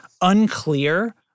unclear